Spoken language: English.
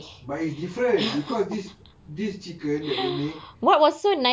but it's different because this this chicken that they make